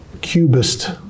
Cubist